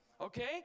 okay